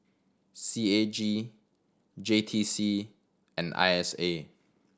C A G J T C and I S A